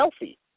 healthy